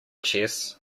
chess